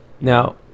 now